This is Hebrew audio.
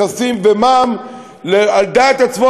מכסים ומע"מ על דעת עצמו,